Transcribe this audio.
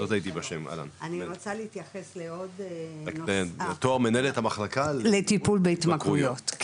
מנהלת המחלקה לטיפול בהתמכרויות.